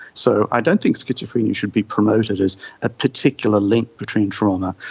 so i don't think schizophrenia should be promoted as a particular link between trauma.